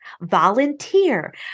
Volunteer